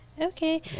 okay